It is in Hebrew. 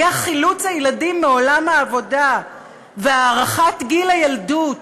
היה חילוץ הילדים מעולם העבודה והארכת גיל הילדות.